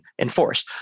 enforce